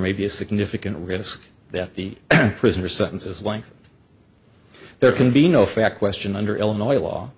may be a significant risk that the prisoner sentences length there can be no fact question under illinois law